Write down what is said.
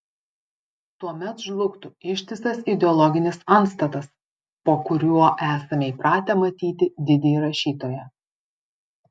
tuomet žlugtų ištisas ideologinis antstatas po kuriuo esame įpratę matyti didįjį rašytoją